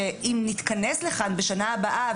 שאם נתכנס לכאן בשנה הבאה,